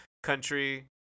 country